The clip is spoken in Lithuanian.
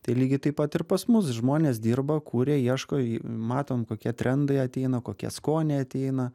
tai lygiai taip pat ir pas mus žmonės dirba kuria ieško matom kokie trendai ateina kokie skoniai ateina